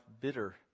bitter